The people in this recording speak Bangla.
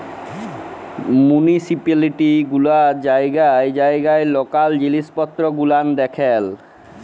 মুনিসিপিলিটি গুলান জায়গায় জায়গায় লকাল জিলিস পত্তর গুলান দেখেল